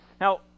Now